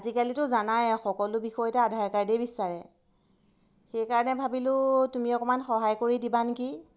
আজিকালিতো জানাই সকলো বিষয়তে আধাৰ কাৰ্ডেই বিচাৰে সেইকাৰণে ভাবিলোঁ তুমি অকণমান সহায় কৰি দিবা নেকি